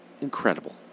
Incredible